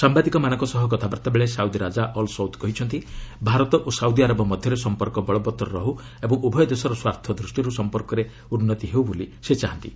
ସାମ୍ବାଦିକମାନଙ୍କ ସହ କଥାବାର୍ତ୍ତାବେଳେ ସାଉଦି ରାଜା ଅଲସୌଦ୍ କହିଛନ୍ତି ଭାରତ ଓ ସାଉଦି ଆରବ ମଧ୍ୟରେ ସମ୍ପର୍କ ବଳବତ୍ତର ରହୁ ଏବଂ ଉଭୟ ଦେଶର ସ୍ୱାର୍ଥ ଦୃଷ୍ଟିରୁ ସମ୍ପର୍କରେ ଉନ୍ନତି ହେଉ ବୋଲି ସେ ଚାହାନ୍ତି